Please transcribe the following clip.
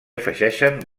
afegeixen